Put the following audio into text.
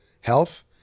Health